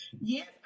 Yes